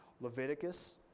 Leviticus